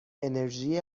انرژی